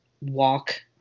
walk